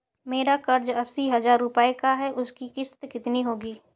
मेरा कर्ज अस्सी हज़ार रुपये का है उसकी किश्त कितनी होगी?